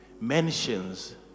mentions